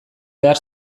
behar